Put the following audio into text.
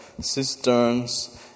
cisterns